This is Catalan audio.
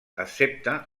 excepte